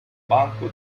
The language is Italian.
banco